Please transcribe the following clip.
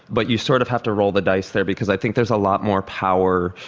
but you sort of have to roll the dice there because i think there's a lot more power,